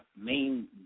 main